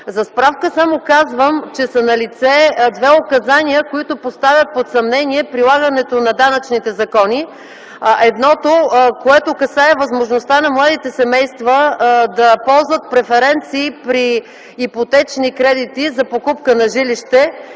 За справка само ще кажа, че са налице две указания, които поставят под съмнение прилагането на данъчните закони. Едното касае възможността на младите семейства да ползват преференции при ипотечни кредити за покупка на жилище.